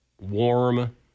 warm